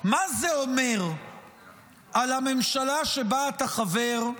מה זה אומר על הממשלה שבה אתה חבר?